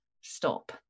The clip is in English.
stop